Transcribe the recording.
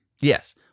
Yes